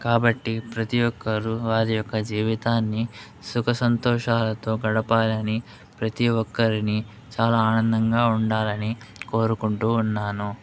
కాబట్టి ప్రతి ఒక్కరు వారి యొక్క జీవితాన్ని సుఖసంతోషాలతో గడపాలని ప్రతి ఒక్కరిని చాలా ఆనందంగా ఉండాలని కోరుకుంటూ ఉన్నాను